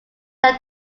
left